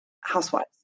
Housewives